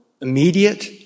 immediate